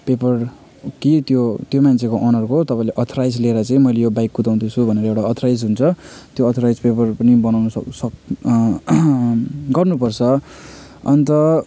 paper कि त्यो त्यहीँ मान्छेको ओनरको तपाईँले अथोराइज लिएर चाहिँ मैले यो बाइक कुदाउँदैछु भनेर एउटा अथोराइज हुन्छ त्यो अथोराइज पेपरहरू पनि बनाउनु सक सक गर्नु पर्छ अन्त